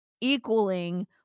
equaling